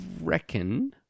reckon